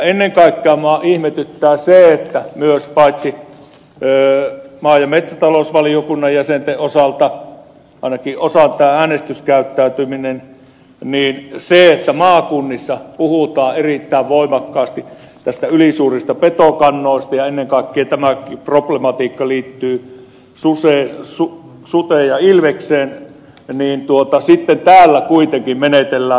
ennen kaikkea minua ihmetyttää myös se paitsi maa ja metsätalousvaliokunnan jäsenten osalta ainakin osan äänestyskäyttäytyminen että maakunnissa puhutaan erittäin voimakkaasti ylisuurista petokannoista ja ennen kaikkea tämä problematiikka liittyy suteen ja ilvekseen mutta sitten täällä kuitenkin menetellään toisin